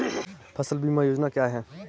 फसल बीमा योजना क्या है?